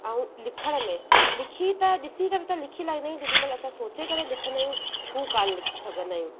ऐं लिखण में लिखी त ॾिसी करे त लिखी लाहींदा आहियूं जेॾीमहिल असां सोचे करे लिखंदा आहियूं हू कोन्ह लिखी सघंदा आहियूं